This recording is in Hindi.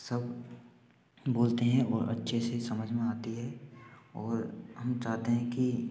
सब बोलते हैं और अच्छे से समझ में आती है और हम चाहते है कि